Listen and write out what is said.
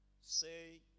say